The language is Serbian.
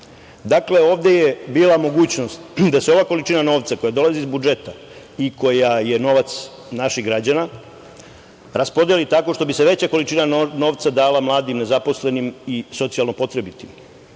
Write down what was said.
ovde je bila mogućnost da se ova količina novca koja dolazi iz budžeta i koja je novac naših građana raspodeli tako što bi se veća količina novca dala mladim nezaposlenim i socijalno potrebitim,